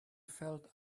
felt